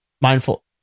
mindful